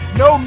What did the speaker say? no